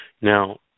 now